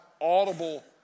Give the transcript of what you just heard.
audible